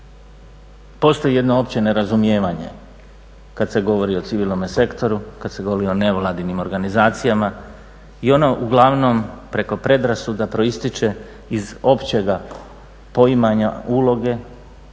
postoji jedno opće nerazumijevanje kad se govori o civilnome sektoru, kad se govori o nevladinim organizacijama i ono uglavnom preko predrasuda proističe iz općega poimanja uloge,